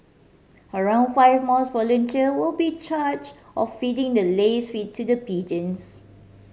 around five mosque volunteer will be charge of feeding the lace feed to the pigeons